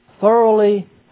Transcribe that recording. Thoroughly